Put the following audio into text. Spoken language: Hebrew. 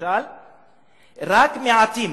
רק מעטים